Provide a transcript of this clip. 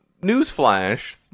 Newsflash